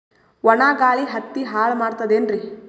ಒಣಾ ಗಾಳಿ ಹತ್ತಿ ಹಾಳ ಮಾಡತದೇನ್ರಿ?